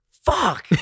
Fuck